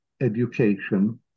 education